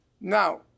Now